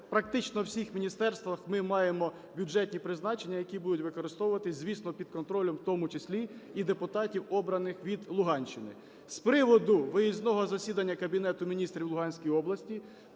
практично у всіх міністерствах ми маємо бюджетні призначення, які будуть використовуватися, звісно, під контролем, в тому числі і депутатів, обраних від Луганщини. З приводу виїзного засідання Кабінету Міністрів в Луганській області.